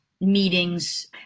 Meetings